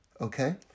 Okay